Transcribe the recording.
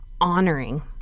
honoring